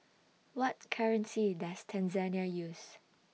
What currency Does Tanzania use